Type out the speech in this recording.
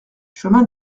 chemin